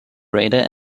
raider